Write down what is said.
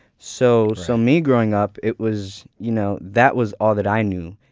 so so me growing up, it was, you know that was all that i knew.